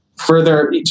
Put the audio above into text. further